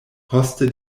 poste